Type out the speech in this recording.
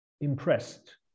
impressed